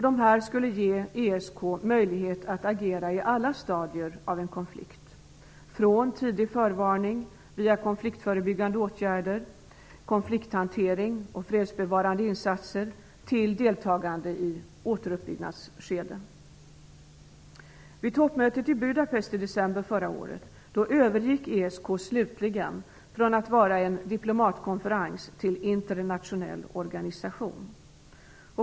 Dessa skulle ge ESK möjlighet att agera på alla stadier av en konflikt; från tidig förvarning via konfliktförebyggande åtgärder, konflikthantering och fredsbevarande insatser till deltagande i ett återuppbyggnadsskede. Vid toppmötet i Budapest i december förra året övergick ESK slutligen från att vara en diplomatkonferens till att vara en internationell organisation.